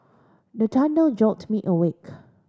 the thunder jolt me awake